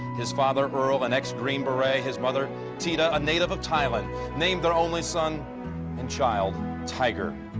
his father earl an ex green beret, his mother tina a native of thailand name, the only son and child tiger.